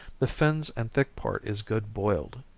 the fins and thick part is good boiled.